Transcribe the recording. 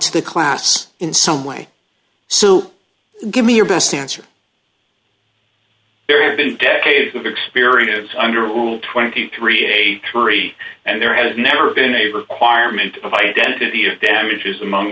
to the class in some way so give me your best answer there have been decades of experience under rule twenty three a three and there has never been a requirement of identity of damages among